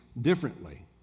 differently